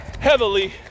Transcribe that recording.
heavily